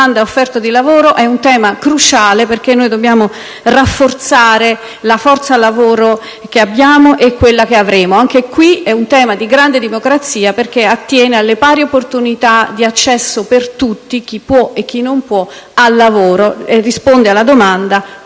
domanda-offerta di lavoro è cruciale perché dobbiamo rafforzare la forza lavoro che abbiamo e quella che avremo. Anche in questo caso è un tema di grande democrazia perché attiene alle pari opportunità di accesso per tutti, chi può e chi non può, al lavoro e risponde alla domanda: